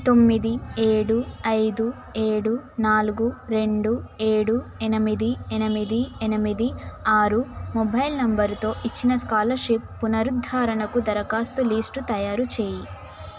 తొమ్మిది ఏడు ఐదు ఏడు నాలుగు రెండు ఏడు ఎనిమిది ఎనిమిది ఎనిమిది ఆరు మొబైల్ నంబరుతో ఇచ్చిన స్కాలర్షిప్ పునరుద్ధరణకు దరఖాస్తుల లిస్టు తయారుచేయి